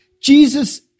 Jesus